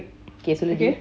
okay சொல்லு டி:chollu ti